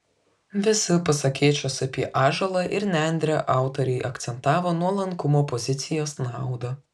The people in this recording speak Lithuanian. visi pasakėčios apie ąžuolą ir nendrę autoriai akcentavo nuolankumo pozicijos naudą